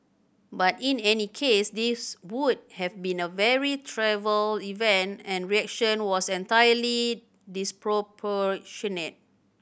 but in any case this would have been a very trivial event and reaction was entirely disproportionate